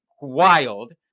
Wild